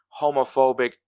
homophobic